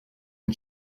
une